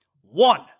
One